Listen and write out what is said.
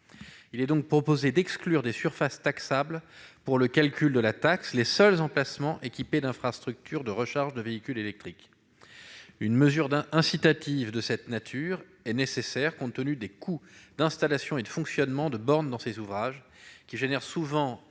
tend à exclure des surfaces taxables pour le calcul de la taxe à usage de bureaux les seuls emplacements équipés d'infrastructures de recharge de véhicules électriques. Une mesure incitative de cette nature est nécessaire, compte tenu des coûts d'installation et de fonctionnement des bornes dans ces ouvrages. Celles-ci engendrent